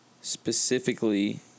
specifically